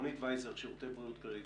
רונית וייזר, שירותי בריאות כללית